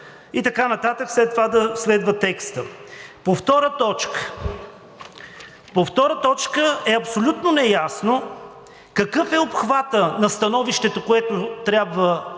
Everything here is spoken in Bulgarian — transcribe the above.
и така нататък, след това да следва текстът. По втора точка. По втора точка е абсолютно неясно какъв е обхватът на становището, което трябва да бъде